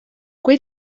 kui